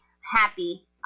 happy